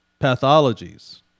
pathologies